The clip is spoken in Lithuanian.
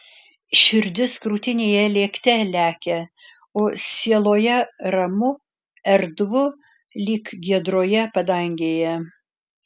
širdis krūtinėje lėkte lekia o sieloje ramu erdvu lyg giedroje padangėje